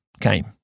came